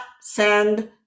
send